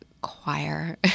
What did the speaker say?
choir